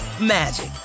magic